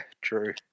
true